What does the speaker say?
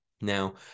Now